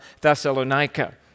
Thessalonica